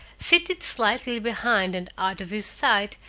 seated slightly behind and out of his sight,